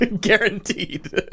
guaranteed